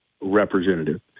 representative